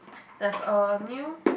there's a new